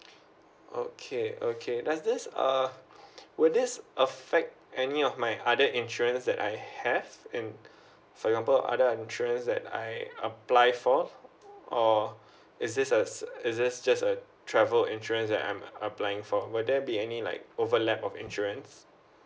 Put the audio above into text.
okay okay does this uh would this affect any of my other insurance that I have um for example other insurance that I apply for or is this a is this just a travel insurance that I'm applying for will there be any like overlap of insurance